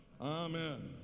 amen